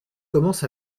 commence